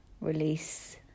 release